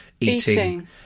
eating